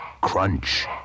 crunch